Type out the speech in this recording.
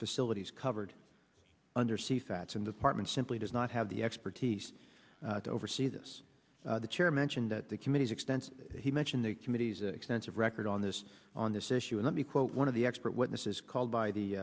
facilities covered under c fats and department simply does not have the expertise to oversee this the chair mentioned that the committee's expense he mentioned the committee's extensive record on this on this issue and we quote one of the expert witnesses called by the